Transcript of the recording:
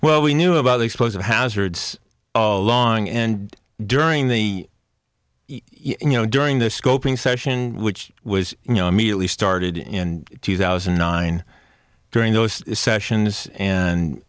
well we knew about the supposed hazards long and during the you know during the scoping session which was you know immediately started in two thousand and nine during those sessions and